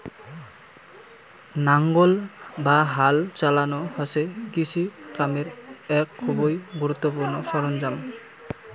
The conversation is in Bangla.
নাঙ্গল বা হাল চালানো হসে কৃষি কামের এক খুবই গুরুত্বপূর্ণ সরঞ্জাম